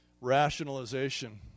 Rationalization